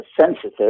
sensitive